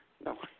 no